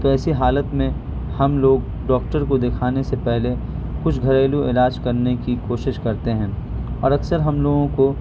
تو ایسی حالت میں ہم لوگ ڈاکٹر کو دکھانے سے پہلے کچھ گھریلو علاج کرنے کی کوشش کرتے ہیں اور اکثر ہم لوگوں کو